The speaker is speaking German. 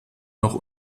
noch